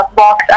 box